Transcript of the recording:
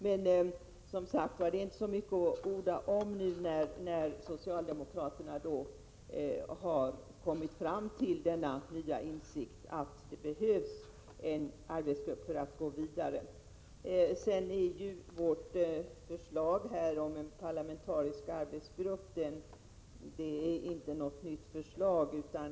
Men detta är som sagt inte så mycket att orda om, när nu socialdemokraterna har kommit fram till denna nya insikt, att det behövs en arbetsgrupp för att gå vidare. Vårt förslag om en parlamentarisk arbetsgrupp är inte något nytt.